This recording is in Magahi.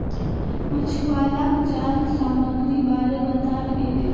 मछुवालाक जाल सामग्रीर बारे बताल गेले